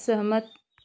सहमत